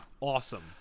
awesome